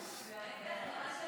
1 16